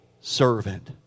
servant